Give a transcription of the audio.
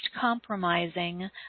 compromising